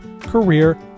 career